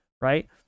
right